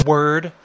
Word